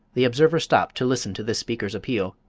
the observer stopped to listen to this speaker's appeal.